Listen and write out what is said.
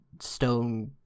stone